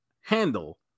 handle